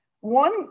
One